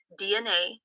dna